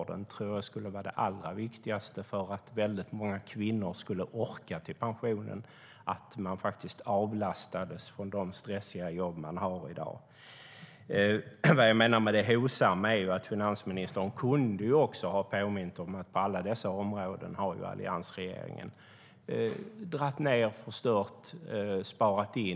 Det tror jag skulle vara det allra viktigaste för att många kvinnor ska orka till pensionen. De skulle behöva avlastas från de stressiga jobb de har i dag. Vad jag menar med det hovsamma är att finansministern också kunde ha påmint om att alliansregeringen på alla dessa områden har dragit ned, förstört och sparat in.